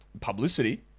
publicity